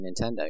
Nintendo